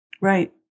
Right